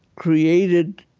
created